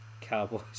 Cowboys